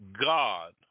God